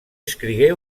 escrigué